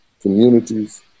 communities